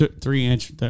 three-inch